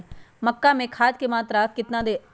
मक्का में खाद की मात्रा कितना दे?